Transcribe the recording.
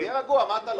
מה אתה לחוץ?